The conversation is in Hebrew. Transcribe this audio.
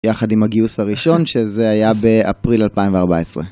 יחד עם הגיוס הראשון שזה היה באפריל 2014.